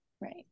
Right